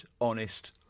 honest